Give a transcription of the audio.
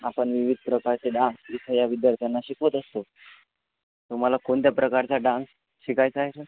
आपण विविध प्रकारचे डान्स इथे या विद्यार्थ्यांना शिकवत असतो तुम्हाला कोणत्या प्रकारचा डान्स शिकायचा आहे सर